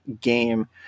game